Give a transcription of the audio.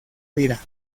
vida